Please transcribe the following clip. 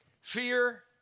fear